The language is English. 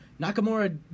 Nakamura